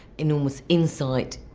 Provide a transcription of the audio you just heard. enormous insight,